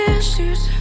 issues